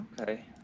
okay